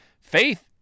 faith